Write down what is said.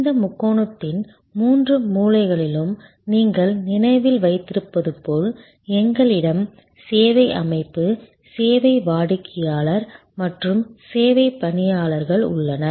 இந்த முக்கோணத்தின் மூன்று மூலைகளிலும் நீங்கள் நினைவில் வைத்திருப்பது போல் எங்களிடம் சேவை அமைப்பு சேவை வாடிக்கையாளர் மற்றும் சேவை பணியாளர்கள் உள்ளனர்